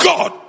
God